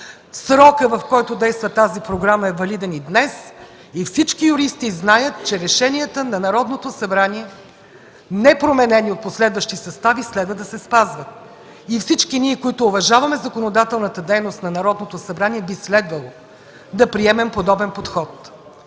Срокът, в който действа тази Програма, е валиден и днес. Всички юристи знаят, че решенията на Народното събрание, непроменени от последващи състави, следва да се спазват. Всички ние, които уважаваме законодателната дейност на Народното събрание, би следвало да приемем подобен подход.